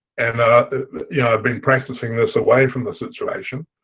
and ah yeah i've been practicing this away from the situation.